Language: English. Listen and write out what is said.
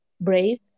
brave